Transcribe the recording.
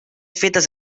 fetes